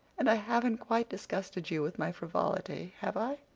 and i haven't quite disgusted you with my frivolity, have i?